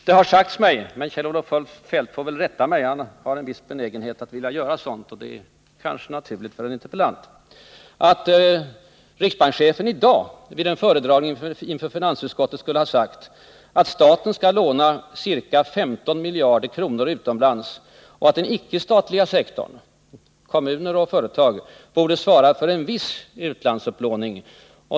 Det har sagts mig, men Kjell-Olof Feldt får väl rätta mig — han har en viss benägenhet att vilja göra sådant, och det kanske är naturligt för en interpellant — att riksbankschefen i dag vid en föredragning inför finansutskottet skulle ha uttalat att staten skall låna ca 15 miljarder kronor utomlands och att den icke statliga sektorn, kommuner och företag, borde svara för ”en viss utlandsupplåning”.